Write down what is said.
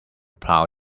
plough